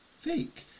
fake